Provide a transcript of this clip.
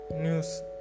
news